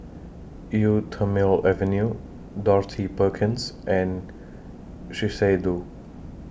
Eau Thermale Avene Dorothy Perkins and Shiseido